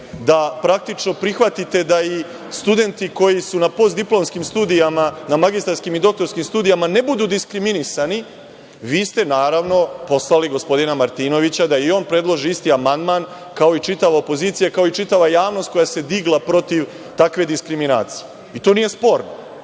da praktično prihvatite da i studenti koji su na postdiplomskim studijama, na magistarskim i doktorskim studijama ne budu diskriminisani, vi ste, naravno, poslali gospodina Martinovića da i on predloži isti amandman kao i čitava opozicija, kao i čitava javnost koja se digla protiv takve diskriminacije. I to nije sporno.